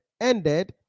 ended